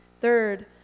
Third